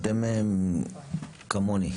אתם חשופים כמוני,